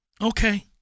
okay